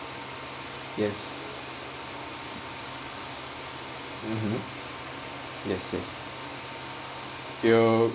yes mmhmm ya yes mmhmm yes yes your